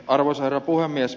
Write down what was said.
arvoisa herra puhemies